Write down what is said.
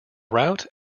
route